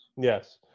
Yes